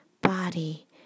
body